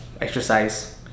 exercise